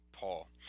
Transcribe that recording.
Paul